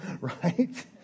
right